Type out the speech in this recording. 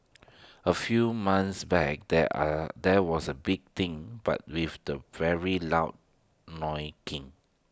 A few months back there are there was A big thing but with very loud honking